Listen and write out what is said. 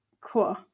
cool